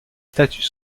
statues